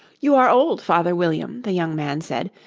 you are old, father william the young man said,